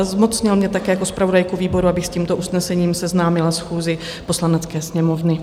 Zmocnil mě také jako zpravodajku výboru, abych s tímto usnesením seznámila schůzi Poslanecké sněmovny.